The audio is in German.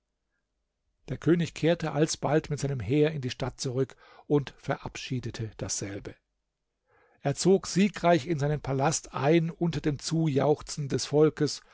der könig kehrte alsbald mit seinem heer in die stadt zurück und verabschiedete dasselbe er zog siegreich in seinem palast ein unter dem zujauchzen des volks